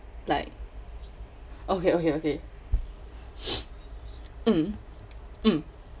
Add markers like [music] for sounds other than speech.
like okay okay okay [noise] mm mm